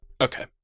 okay